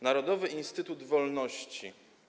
Narodowy Instytut Wolności.